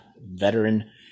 veteran